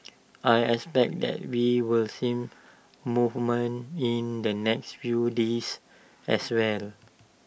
I expect that we will see movement in the next few days as well